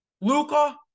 Luca